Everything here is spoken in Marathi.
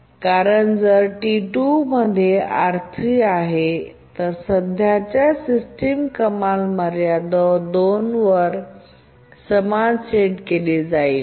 त्याचप्रमाणे जर T2 मध्ये R3 आहे तर सध्याची सिस्टम कमाल मर्यादा 2 च्या समान सेट केली जाईल